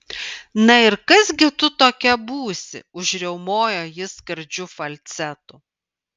na ir kas gi tu tokia būsi užriaumojo jis skardžiu falcetu